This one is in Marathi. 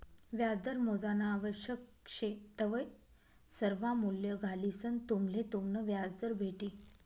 व्याजदर मोजानं आवश्यक शे तवय सर्वा मूल्ये घालिसंन तुम्हले तुमनं व्याजदर भेटी